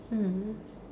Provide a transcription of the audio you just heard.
mm